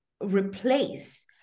replace